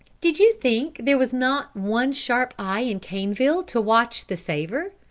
did you think there was not one sharp eye in caneville to watch the saver,